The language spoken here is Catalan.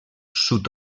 sud